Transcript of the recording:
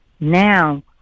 Now